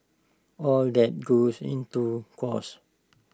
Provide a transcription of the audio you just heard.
all that goes into cost